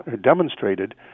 demonstrated